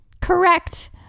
Correct